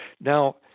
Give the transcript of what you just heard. Now